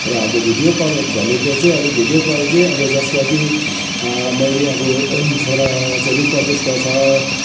र अब video call भनेको चाहिँ अब भिडियो कल चाहिँ अब जसमा कि मैले अब छोरा छोरी परदेशमा छ